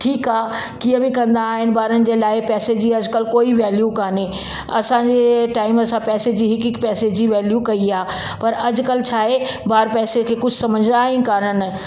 ठीकु आहे कीअं बि कंदा आहिनि ॿारनि जे लाइ पैसे जी अॼुकल्ह कोई वैल्यू कोन्हे असांजे टाइम असां पैसे जी हिकु हिकु पैसे जी वैल्यू कई आहे पर अॼुकल्ह छा आहे ॿार पैसे खे कुझु सम्झा ई काननि